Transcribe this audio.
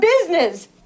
business